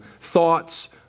thoughts